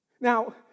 Now